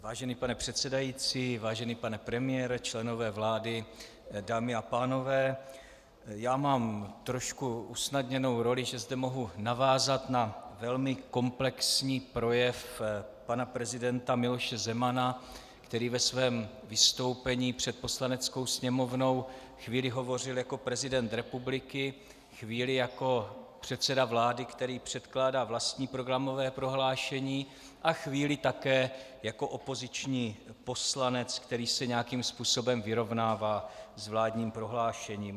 Vážený pane předsedající, vážený pane premiére, členové vlády, dámy a pánové, já mám trošku usnadněnou roli, že zde mohu navázat na velmi komplexní projev pana prezidenta Miloše Zemana, který ve svým vystoupení před Poslaneckou sněmovnou chvíli hovořil jako prezident republiky, chvíli jako předseda vlády, který předkládá vlastní programové prohlášení, a chvíli také jako opoziční poslanec, který se nějakým způsobem vyrovnává s vládním prohlášením.